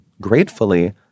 gratefully